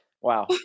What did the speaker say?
Wow